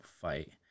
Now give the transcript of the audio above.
fight